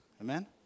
Amen